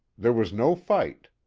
there was no fight.